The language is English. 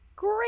Great